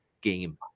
game